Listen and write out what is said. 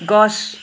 গছ